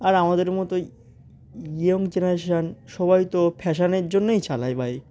আর আমাদের মতো young generation সবাই তো ফ্যাশানের জন্যই চালায় বাইক